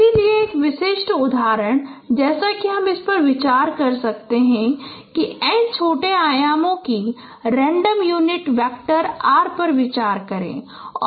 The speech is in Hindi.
इसलिए एक विशिष्ट उदाहरण जैसा कि हम इस पर विचार कर सकते हैं कि n छोटे आयाम की रैंडम यूनिट वेक्टर r पर विचार करें